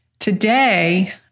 Today